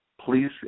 please